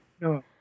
No